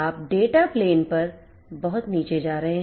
आप data plan पर बहुत नीचे जा रहे हैं